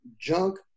junk